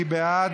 מי בעד?